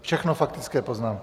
Všechno faktické poznámky.